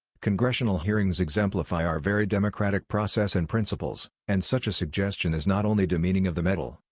congressional hearings exemplify our very democratic process and principles, and such a suggestion is not only demeaning of the medal,